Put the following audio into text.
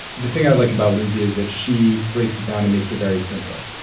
the thing i like about lindsay is that she breaks it down and makes it very simple.